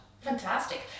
Fantastic